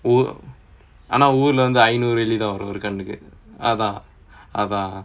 ஆனா ஊருல வந்து ஐநூறு வெள்ளி தான் வரும் ஒரு கண்ணுக்கு:aanaa oorula vanthu ainooru velli thaan varum oru kannukku